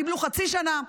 קיבלו חצי שנה.